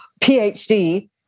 PhD